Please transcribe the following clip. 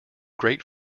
great